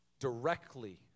Directly